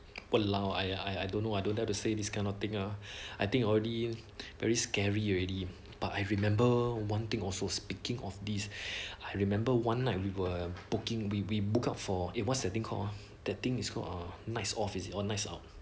!walao! I I don't know I don't dare to say this kind of thing ah I think only very scary you already but I remember one thing also speaking of this I remember one night we were booking we we book out for it what's that thing called ah the thing is called a nights off is it or nights out